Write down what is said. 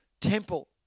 temple